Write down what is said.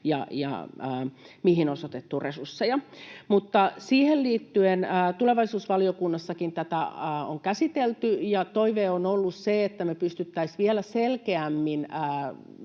ja mihin on osoitettu resursseja. Siihen liittyen tulevaisuusvaliokunnassakin tätä on käsitelty, ja toive on ollut se, että me pystyttäisiin vielä selkeämmin